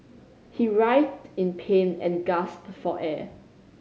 he writhed in pain and gasped for air